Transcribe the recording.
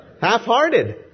Half-hearted